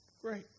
great